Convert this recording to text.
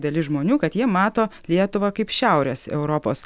dalis žmonių kad jie mato lietuvą kaip šiaurės europos